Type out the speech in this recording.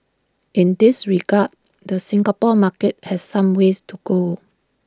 in this regard the Singapore market has some ways to go